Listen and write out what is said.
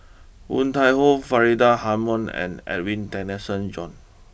Woon Tai Ho Faridah Hanum and Edwin Tessensohn John